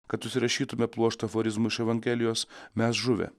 kad užsirašytume pluoštą aforizmų iš evangelijos mes žuvę